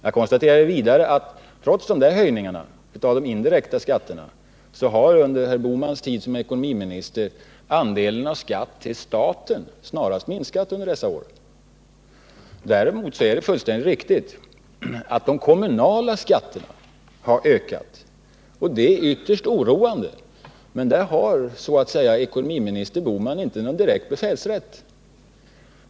Jag konstaterade vidare att trots höjningarna av de indirekta skatterna har under herr Bohmans tid som ekonomiminister andelen av skatter till staten snarast minskat under dessa år. Däremot är det fullständigt riktigt att de kommunala skatterna har ökat och det är ytterligt oroande. Men i det avseendet hade ekonomiminister Bohman inte någon direkt befälsrätt.